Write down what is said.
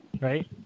right